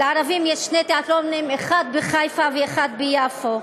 לערבים יש שני תיאטראות, אחד בחיפה ואחד ביפו,